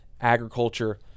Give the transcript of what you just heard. agriculture